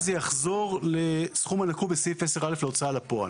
במקום דואר רשום.